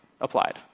applied